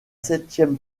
septième